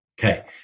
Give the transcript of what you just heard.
Okay